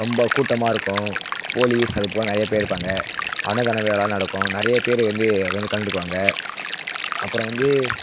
ரொம்ப கூட்டமாக இருக்கும் போலீஸ் அதுபோல் நிறைய பேர் இருப்பாங்க அன்னதானம் வேலைலாம் நடக்கும் நிறைய பேர் வந்து அதில் வந்து கலந்துக்குவாங்க அப்புறம் வந்து